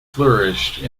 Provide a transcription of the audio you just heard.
flourished